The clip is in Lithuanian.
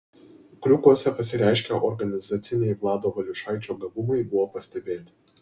kriukuose pasireiškę organizaciniai vlado valiušaičio gabumai buvo pastebėti